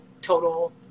total